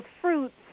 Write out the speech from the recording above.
fruits